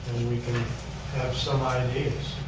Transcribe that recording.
and we can have some ideas.